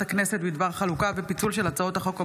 הכנסת בדבר חלוקה ופיצול של הצעות החוק הבאות: